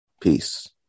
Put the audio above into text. Peace